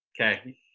okay